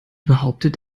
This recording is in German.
behauptet